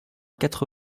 quatre